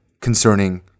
concerning